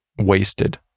wasted